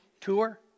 tour